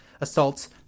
assaults